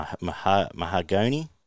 Mahogany